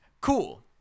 Cool